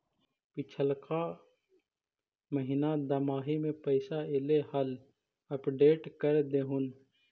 पिछला का महिना दमाहि में पैसा ऐले हाल अपडेट कर देहुन?